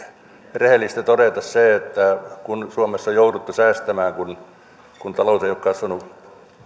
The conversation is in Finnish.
rehellistä todeta se että kun suomessa on jouduttu säästämään kun talous ei ole kasvanut